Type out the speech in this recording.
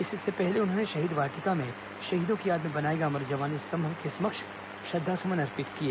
इससे पहले उन्होंने शहीद वाटिका में शहीदों की याद में बनाए गए अमर जवान स्तंभ के समक्ष श्रद्दासुमन अर्पित किए